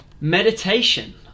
Meditation